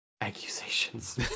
accusations